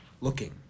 looking